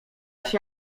się